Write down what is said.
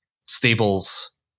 stables